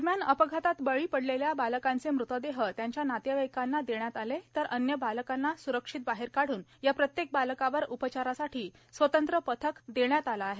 दरम्यान अपघातात बळी पडलेल्या बालकांचे मृतदेह त्यांच्या नातेवाईकांना देण्यात आले तर अन्य बालकांना सूरक्षित बाहेर काढून या प्रत्येक बालकावर उपचारासाठी स्वतंत्र पथक देण्यात आले आहे